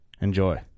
Enjoy